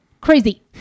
Crazy